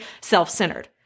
self-centered